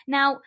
Now